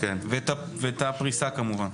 ואת הפריסה כמובן.